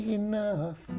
enough